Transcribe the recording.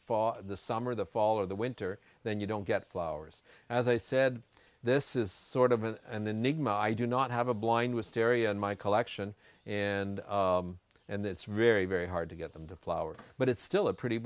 fall the summer the fall or the winter then you don't get flowers as i said this is sort of an and enigma i do not have a blind with terry and my collection and and it's very very hard to get them to flower but it's still a pretty